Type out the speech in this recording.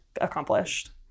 accomplished